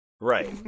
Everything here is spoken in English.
right